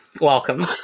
welcome